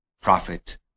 Prophet